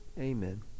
Amen